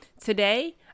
Today